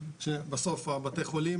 שבסוף בתי החולים,